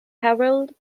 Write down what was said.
herald